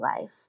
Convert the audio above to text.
life